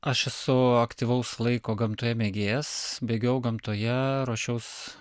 aš esu aktyvaus laiko gamtoje mėgėjas bėgiojau gamtoje ruošiaus